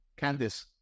Candice